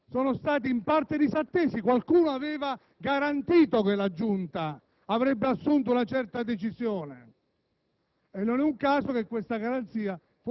del collega Vernetti, certi impegni sono stati in parte disattesi. Qualcuno aveva garantito che la Giunta avrebbe assunto una certa decisione